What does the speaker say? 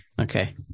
okay